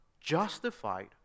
justified